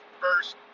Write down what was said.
first